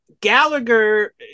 Gallagher